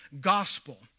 gospel